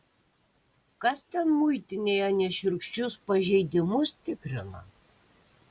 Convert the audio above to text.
kas ten muitinėje nešiurkščius pažeidimus tikrina